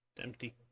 Empty